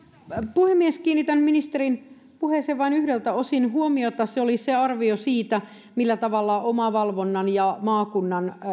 puhemies kiinnitän ministerin puheeseen vain yhdeltä osin huomiota se oli se arvio siitä millä tavalla omavalvonnan ja maakunnan